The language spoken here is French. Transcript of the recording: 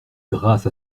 grâce